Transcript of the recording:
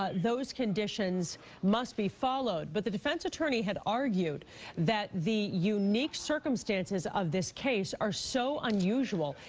ah those conditions must be followed. but the defense attorney had argued that the unique circumstances of this case are so unusual,